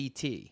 CT